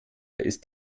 ist